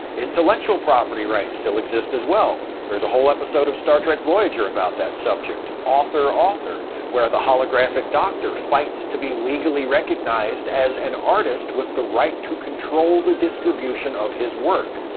intellectual property rights still exist, as well. there's a whole episode of star trek voyager about that subject author, author, where the holographic doctor fights to be legally recognized as an artist with the right to control the distribution his work.